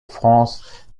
france